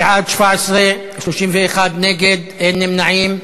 בעד, 17, 31 נגד, אין נמנעים.